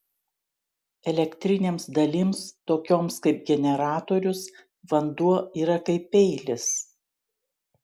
elektrinėms dalims tokioms kaip generatorius vanduo yra kaip peilis